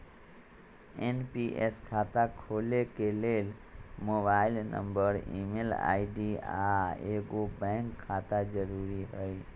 NPS खता खोले के लेल मोबाइल नंबर, ईमेल आई.डी, आऽ एगो बैंक खता जरुरी हइ